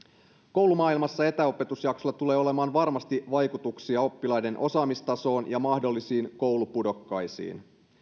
koulumaailmassa etäopetusjaksolla tulee olemaan varmasti vaikutuksia oppilaiden osaamistasoon ja mahdollisiin koulupudokkaisiin